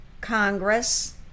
Congress